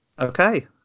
Okay